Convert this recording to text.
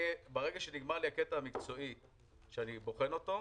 ברגע שנגמר לי הקטע המקצועי שאני בוחן אותו,